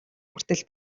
хүртэл